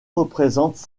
représentent